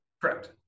Correct